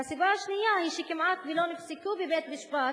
והסיבה השנייה היא שכמעט שלא נפסקו בבית-משפט